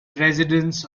residents